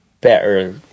better